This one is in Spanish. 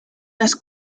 las